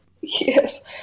Yes